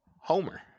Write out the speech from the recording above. Homer